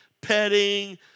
petting